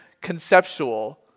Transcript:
conceptual